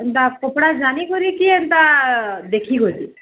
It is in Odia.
ଏନ୍ତା କପଡ଼ା ଜାଣି କରି କି ଏନ୍ତା ଦେଖି କରି